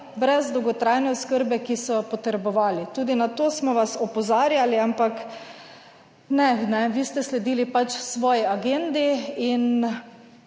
brez dolgotrajne oskrbe, ki so jo potrebovali. Tudi na to smo vas opozarjali, ampak ne, kajne, vi ste sledili pač svoji agendi in